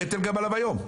הנטל גם עליו היום.